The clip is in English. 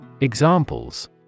Examples